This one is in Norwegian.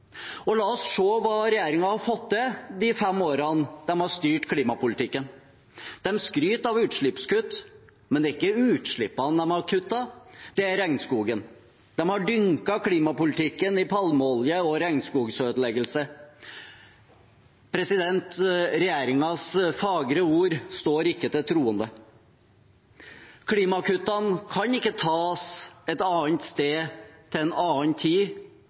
land. La oss se hva regjeringen har fått til de fem årene de har styrt klimapolitikken. De skryter av utslippskutt, men det er ikke utslippene de har kuttet, det er regnskogen. De har dynket klimapolitikken i palmeolje og regnskogødeleggelse. Regjeringens fagre ord står ikke til troende. Klimakuttene kan ikke tas et annet sted til en annen tid